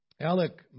Alec